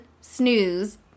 snooze